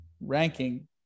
ranking